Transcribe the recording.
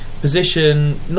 position